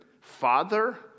father